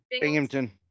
Binghamton